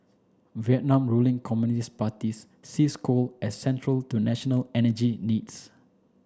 Vietnam Ruling Communist Parties sees coal as central to national energy needs